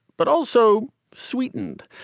but also sweetened,